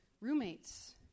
roommates